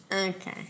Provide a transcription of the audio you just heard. Okay